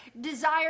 Desire